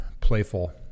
playful